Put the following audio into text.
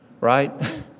Right